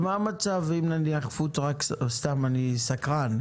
מה אם בפוד-טראק מכינים סושי?